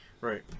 Right